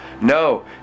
No